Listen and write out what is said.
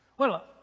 well,